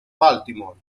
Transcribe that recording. baltimore